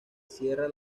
cierra